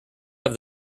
have